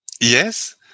Yes